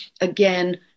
again